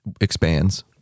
expands